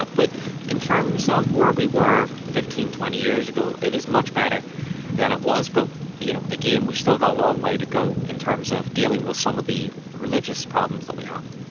ah but in terms of where we were fifteen, twenty years ago, it is much better than it was. but you know again, we've still got a long way to go in terms of dealing with some of the religious problems that we have.